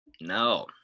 No